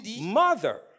Mother